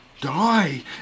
die